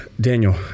Daniel